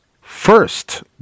First